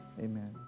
Amen